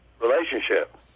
relationship